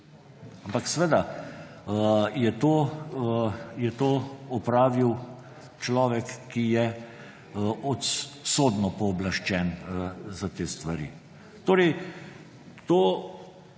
Ampak seveda je to opravil človek, ki je sodno pooblaščen za te stvari.